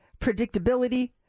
predictability